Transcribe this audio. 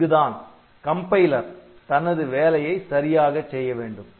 இங்குதான் compiler compiler தொகுப்பி தனது வேலையை சரியாகச் செய்ய வேண்டும்